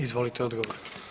Izvolite odgovor.